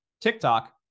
TikTok